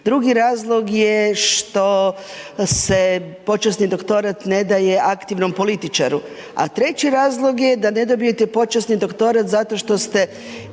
Drugi razlog je što se počasni doktorat ne daje aktivnom političaru, a treći razlog je da ne dobijete počasni doktorat zato što ste